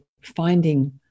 finding